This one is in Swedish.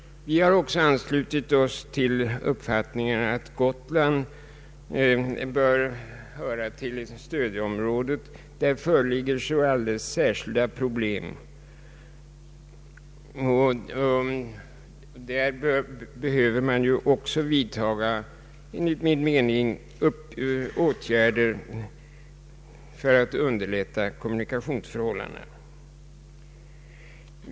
Vi har också anslutit oss till uppfattningen att Gotland bör ingå i stödområdet. Där föreligger alldeles särskilda problem, Där behöver man också vidtaga åtgärder för att underlätta kommunikationsförhållandena.